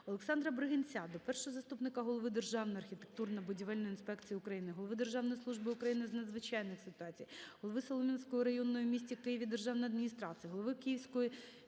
Олександра Бригинця до першого заступника голови Державної архітектурно-будівельної інспекції України, голови Державної служби України з надзвичайних ситуацій, голови Солом'янської районної в місті Києві державної адміністрації, голови Київської